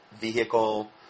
vehicle